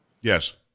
Yes